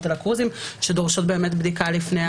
על הקרוזים שדורשות בדיקה לפני העלייה.